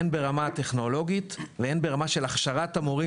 הן ברמה הטכנולוגית והן ברמה של הכשרת המורים